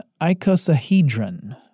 icosahedron